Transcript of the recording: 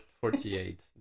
Forty-eight